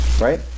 Right